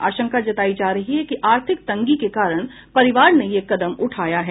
आशंका जतायी जा रही है कि आर्थिक तंगी के कारण परिवार ने यह कदम उठाया है